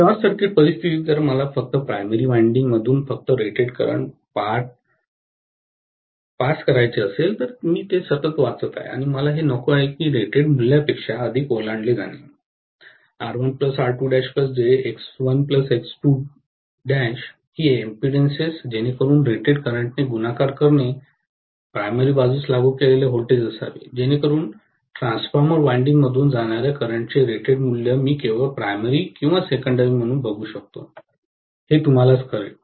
short circuit परिस्थितीत जर मला फक्त प्राइमरी वायंडिंग मधून फक्त रेटेड करंट पार करायचे असेल तर मी ते सतत वाचत आहे आणि मला हे नको आहे की रेटेड मूल्यापेक्षा अधिक ओलांडले जाणे R1 R 2 jX1 X 2 ही इम्पीडंसेस जेणेकरून रेटेड करंटने गुणाकार करणे प्राथमिक बाजूस लागू केलेले व्होल्टेज असावे जेणेकरून ट्रान्सफॉर्मर वायंडिंग मधून जाणार्या करंटचे रेटेड मूल्य मी केवळ प्राइमरी किंवा सेकंडेरी बघू शकतो हे तुम्हालाच कळेल